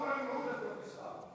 תישארו עם עוּדָה, בבקשה.